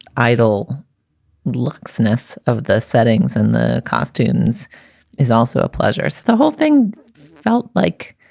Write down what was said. idle laxness of the settings and the costumes is also a pleasure. so the whole thing felt like.